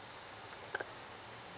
err